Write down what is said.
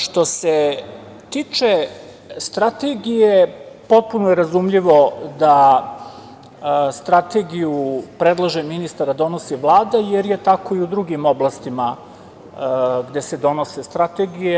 Što se tiče strategije, potpuno je razumljivo da strategiju predlaže ministar a donosi Vlada, jer je tako i u drugim oblastima gde se donose strategije.